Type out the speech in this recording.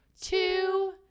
two